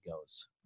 goes